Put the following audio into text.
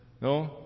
no